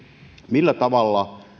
millä tavalla